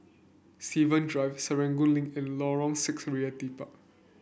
Seven Drive Serangoon Link and Lorong Six Realty Park